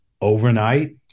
overnight